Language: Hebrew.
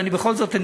אבל בכל זאת,